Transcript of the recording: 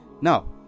Now